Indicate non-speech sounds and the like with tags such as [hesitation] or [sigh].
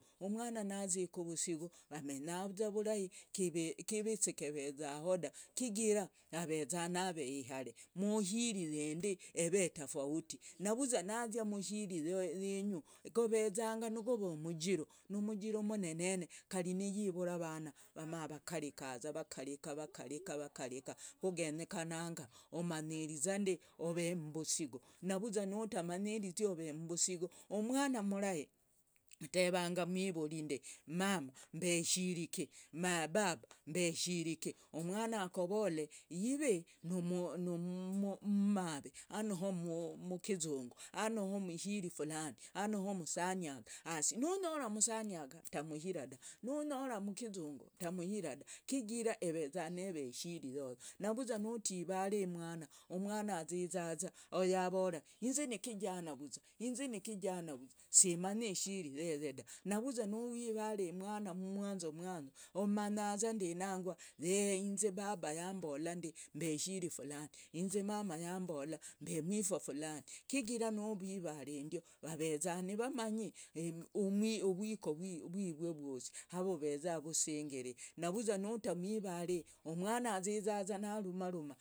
Umwana nazia kuvusigu amenyaza vurahi. kivese kevezaho dave. Chigira aveza nave ihare mushiri yende eve tofauti. navuza nazia mushiri yenyu govezanga gove umujiru, umujiru umunene kari niyivura avana mavakarikaza vakarika. vakarika, vakarika kugenyekananga umanyirizande ove mumbusigu navuza nutamanyireze ove mumbusigu, umwana murahe atevanga umwivuri zande mama mbe shiri kee. baba mbe shirike. ma akovole yive oveye umumave. ano umukezunzu ano umushire fulani ano umusaniaga. Hasi nonyora umusaniaga utamushira daa, nonyora umukezunzu utamushira daa chigira eveza neveye ishiri yoyo navuzwa nutivara mwana, umwana azizaza oyo avora inze nikijana vuzwa, inze nikijana vuzwa simanyi ishiri yeye daa, navuzwa nuwivala umwana amanyazande y [hesitation] inze baba yambola nd [hesitation] mb [hesitation] ishiri fulani inze mama yambola mb [hesitation] umwifa fulani, chigara nuvivala ndio vaveza nivamanyi uvwiko vwive vwosi avoreza vusingere. navuzwa nutamwivale umwana azizaza narumaruma.